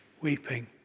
weeping